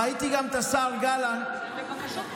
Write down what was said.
ראיתי גם את השר גלנט קודם.